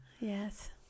Yes